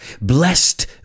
Blessed